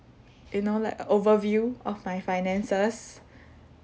you know like a overview of my finances